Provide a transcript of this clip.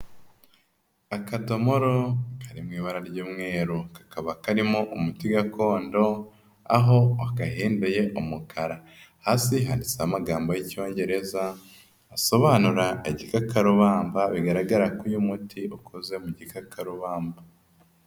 Akadomoro kari mu ibara ry'umweru. Kakaba karimo umuti gakondo, aho agahembeye umukara. Hasi handitseho amagambo y'icyongereza asobanura igikarubamba. Bigaragara ko uyu muti ukoze mu gikakarubamba.